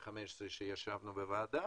2015 שישבנו בוועדה